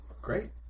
Great